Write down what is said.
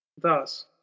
Thus